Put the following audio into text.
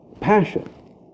passion